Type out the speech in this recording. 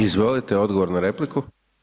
Izvolite odgovor na repliku.